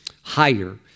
higher